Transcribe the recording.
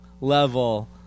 level